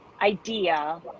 idea